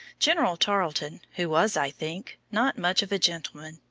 general tarleton, who was, i think, not much of a gentleman,